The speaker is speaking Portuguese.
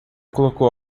colocou